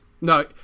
No